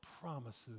promises